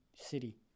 city